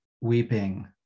weeping